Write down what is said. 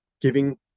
giving